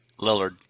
Lillard